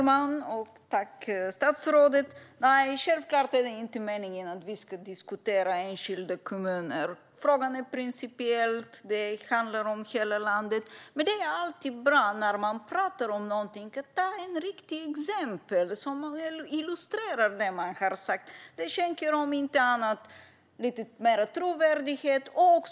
Fru talman! Självklart är det inte meningen att vi ska diskutera enskilda kommuner. Frågan är principiell, och det handlar om hela landet. Men det är alltid bra ta upp ett konkret exempel som illustrerar det som man säger. Om inte annat skänker det lite mer trovärdighet i diskussionen.